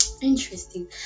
interesting